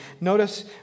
notice